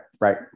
right